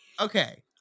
Okay